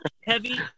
heavy